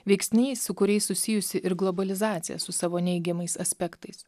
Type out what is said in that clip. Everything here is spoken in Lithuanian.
veiksniai su kuriais susijusi ir globalizacija su savo neigiamais aspektais